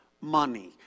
money